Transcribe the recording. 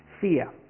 fear